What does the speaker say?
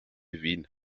wien